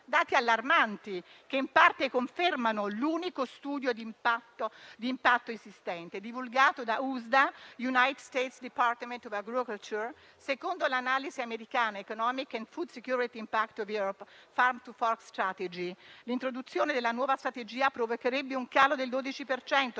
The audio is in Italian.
dati allarmanti che in parte confermano l'unico studio di impatto esistente divulgato da United States department of agriculture (USDA). Secondo l'analisi americana Economic and food security impacts of EU Farm to fork strategy, l'introduzione della nuova strategia provocherebbe un calo del 12